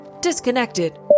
disconnected